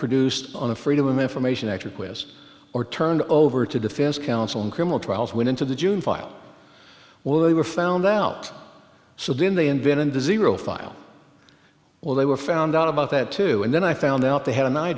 produced on a freedom of information act requests or turned over to defense counsel in criminal trials when into the june file well they were found out so then they invented the zero file well they were found out about that too and then i found out they had a